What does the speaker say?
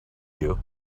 you